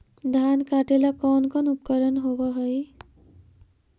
धान काटेला कौन कौन उपकरण होव हइ?